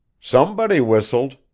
somebody whistled,